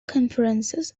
conferences